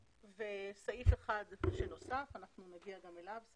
נוסף סעיף אחד ואנחנו נגיע אליו בהמשך,